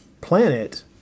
planet